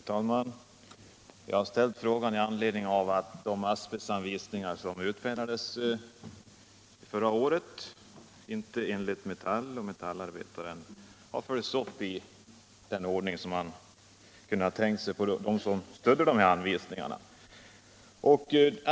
Herr talman! Jag har ställt frågan med anledning av att de asbestanvisningar som utfärdades förra året enligt Metall och tidningen Metallarbetaren inte har följts upp i den ordning som de som stödde de här anvisningarna kunnat vänta sig.